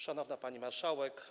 Szanowna Pani Marszałek!